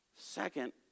Second